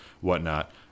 whatnot